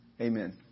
Amen